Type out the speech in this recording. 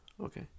Okay